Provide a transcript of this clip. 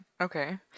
Okay